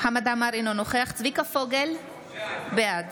חמד עמאר, אינו נוכח צביקה פוגל, בעד